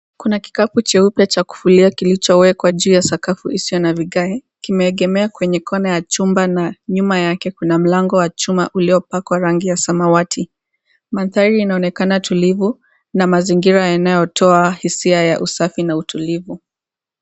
Kuna kikapu cheupe cha kufulia kilichowekwa juu ya sakafu isiyo na vigae. Kimeegemea kwenye kona ya chumba na nyuma kuna mlango wa chuma uliopakwa rangi ya samawati. Mandhari inaonekana tulivu na mazingira yanayotoa hisia ya usafi na utulivu.